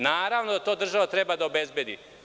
Naravno da to država treba da obezbedi.